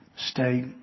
state